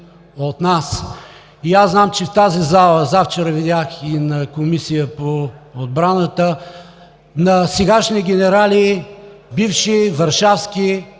И аз знам, че в тази зала, завчера видях и на Комисията по отбрана, сегашни генерали, бивши варшавски